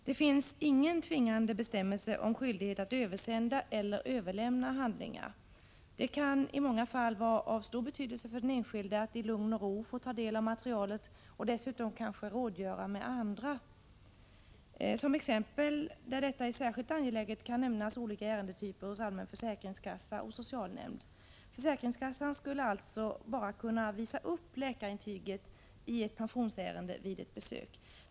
Det finns inga tvingande bestämmelser om skyldighet att översända eller överlämna handlingar. Det kan i många fall ha stor betydelse för den enskilde att i lugn och ro få ta del av materialet och dessutom kanske rådgöra med andra. Som exempel där detta är särskilt angeläget kan nämnas olika ärendetyper hos allmän försäkringskassa och socialnämnd. Försäkringskassa skulle alltså kunna bara visa upp läkarintyget i ett pensionsärende vid ett besök.